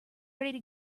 ready